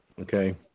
okay